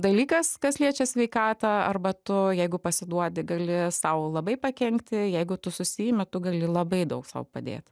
dalykas kas liečia sveikatą arba tu jeigu pasiduodi gali sau labai pakenkti jeigu tu susiimi tu gali labai daug sau padėt